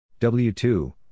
W2 –